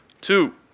Two